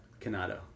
Canado